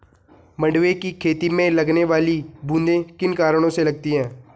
मंडुवे की खेती में लगने वाली बूंदी किन कारणों से लगती है?